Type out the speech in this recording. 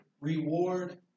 reward